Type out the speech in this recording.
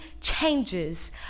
changes